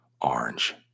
orange